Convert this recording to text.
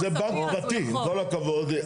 זה בנק פרטי, עם כל הכבוד.